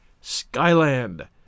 Skyland